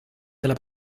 della